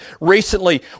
recently